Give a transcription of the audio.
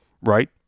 right